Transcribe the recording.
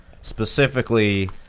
specifically